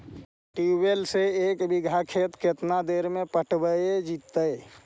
Tubewell से एक बिघा खेत केतना देर में पटैबए जितै?